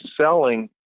selling